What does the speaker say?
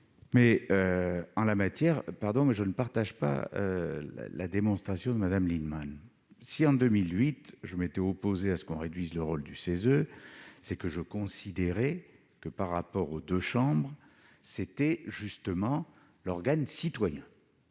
... En la matière, je ne souscris pas à la démonstration de Mme Lienemann. Si, en 2008, je me suis opposé à ce que l'on réduise le rôle du CESE, c'est que je considérais que, par rapport aux deux chambres, c'était justement l'organe citoyen